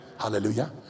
Hallelujah